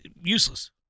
useless